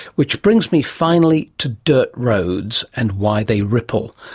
which brings me finally to dirt roads and why they ripple,